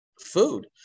food